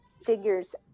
figures